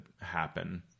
happen